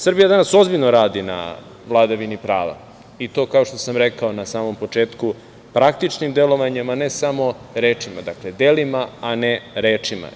Srbija danas ozbiljno radi na vladavini prava i to, kao što sam rekao na samom početku, praktičnim delovanjem, a ne samo rečima, dakle, delima, a ne rečima.